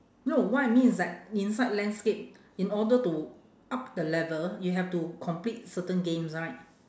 no what I mean is like inside landscape in order to up the level you have to complete certain games right